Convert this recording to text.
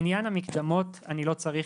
בעניין המקדמות אני לא צריך,